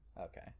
Okay